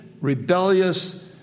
rebellious